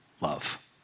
love